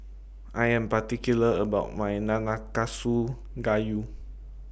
I Am particular about My Nanakusa Gayu